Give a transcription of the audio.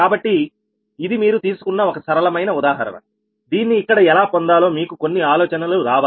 కాబట్టి ఇది మీరు తీసుకున్న ఒక సరళమైన ఉదాహరణ దీన్ని ఇక్కడ ఎలా పొందాలో మీకు కొన్ని ఆలోచనలు రావాలి